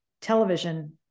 television